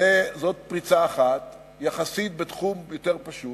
זאת פריצה אחת, יחסית בתחום יותר פשוט.